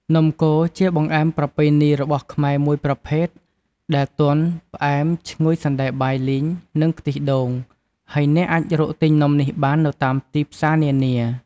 នំកូរជាបង្អែមប្រពៃណីរបស់ខ្មែរមួយប្រភេទដែល ទន់ ផ្អែមឈ្ងុយសណ្ដែកបាយលីង និងខ្ទិះដូង ហើយអ្នកអាចរកទិញនំនេះបាននៅតាមទីផ្សារនានា។